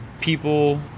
people